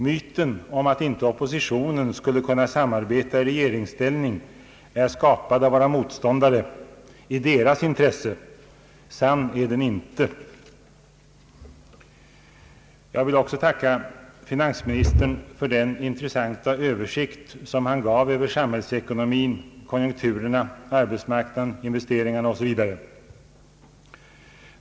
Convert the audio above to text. Myten om att inte oppositionen skulle kunna samarbeta i regeringsställning är skapad av våra motståndare i deras intresse — sann är den inte. Jag vill också tacka finansministern för den intressanta översikt som han gav över samhällsekonomin, konjunkturerna, arbetsmarknaden, investeringarna osv.